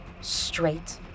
straight